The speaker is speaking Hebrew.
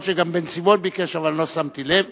יכול להיות שגם בן-סימון ביקש אבל אני לא שמתי לב,